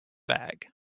bag